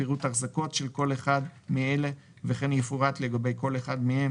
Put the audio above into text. פירוט ההחזקות של כל אחד מאלה בחברה וכן יפורט לגבי כל אחד מהם